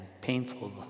painful